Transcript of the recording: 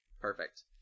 Perfect